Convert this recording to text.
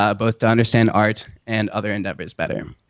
ah both to understand art and other endeavors better.